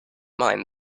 mind